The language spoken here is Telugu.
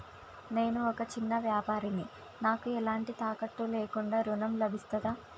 నేను ఒక చిన్న వ్యాపారిని నాకు ఎలాంటి తాకట్టు లేకుండా ఋణం లభిస్తదా?